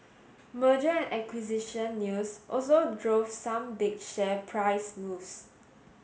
merger and acquisition news also drove some big share price moves